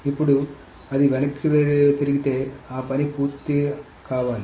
ఇప్పుడు అది వెనక్కి తిరిగితే ఆ పని అంతా పూర్తి కావాలి